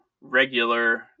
regular